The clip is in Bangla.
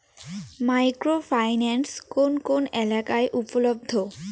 মাইক্রো ফাইন্যান্স কোন কোন এলাকায় উপলব্ধ?